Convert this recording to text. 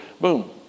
boom